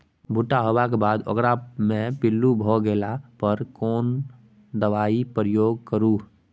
भूट्टा होबाक बाद ओकरा मे पील्लू भ गेला पर केना दबाई प्रयोग करू?